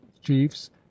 chiefs